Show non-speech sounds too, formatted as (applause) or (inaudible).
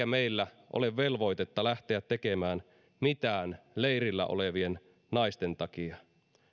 (unintelligible) meillä ole velvoitetta lähteä tekemään mitään leirillä olevien naisten takia